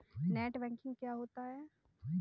Net banking क्या होता है?